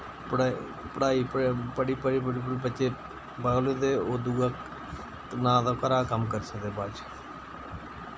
पढ़ाई पढ़ाई पढ़ पढ़ी पढ़ी पढ़ी पढ़ी बच्चे पागल होइंदे और दुआ ना ते ओह् घरा दा कम्म करी सकदे बाद'च